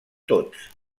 tots